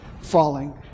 falling